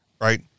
right